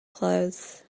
clothes